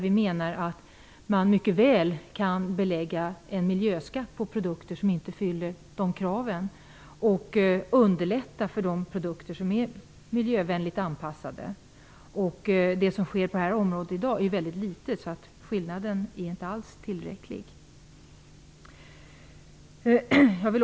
Vi anser att man mycket väl kan lägga en miljöskatt på produkter som inte uppfyller kraven samtidigt som man underlättar för de produkter som är miljövänligt anpassade. I dag sker det väldigt litet på detta område. Skillnaden är inte alls tillräcklig.